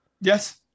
Yes